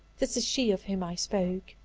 this is she of whom i spoke,